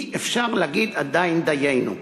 עדיין אי-אפשר להגיד "דיינו".